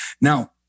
Now